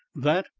that,